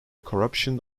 corruption